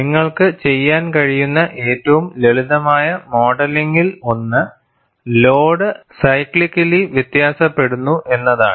നിങ്ങൾക്ക് ചെയ്യാൻ കഴിയുന്ന ഏറ്റവും ലളിതമായ മോഡലിംഗിൽ ഒന്ന് ലോഡ് സൈക്ലിക്കലി വ്യത്യാസപ്പെടുന്നു എന്നതാണ്